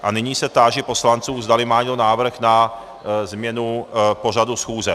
A nyní se táži poslanců, zdali má někdo návrh na změnu k pořadu schůze.